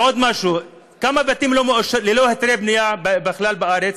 עוד משהו: כמה בתים ללא היתרי בנייה יש בכלל בארץ?